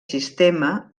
sistema